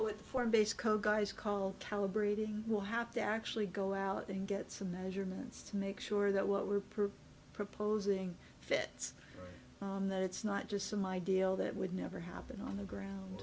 with foreign based code guys call calibrating will have to actually go out and get some measurements to make sure that what we're per proposing fits that it's not just some ideal that would never happen on the ground